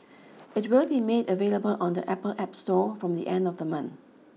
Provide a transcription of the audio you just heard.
it will be made available on the Apple App Store from the end of the month